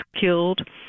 killed